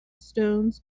stones